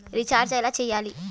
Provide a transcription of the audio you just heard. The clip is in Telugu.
రిచార్జ ఎలా చెయ్యాలి?